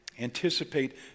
anticipate